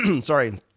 Sorry